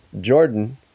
Jordan